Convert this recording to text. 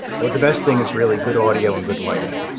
but the best thing is really good audio and good lighting.